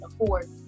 afford